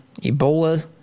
Ebola